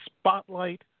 spotlight